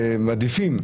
מעדיפים,